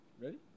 Ready